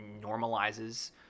normalizes